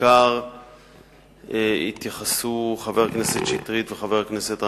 ובעיקר התייחסו אליה חבר הכנסת שטרית וחבר הכנסת גנאים,